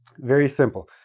very simple.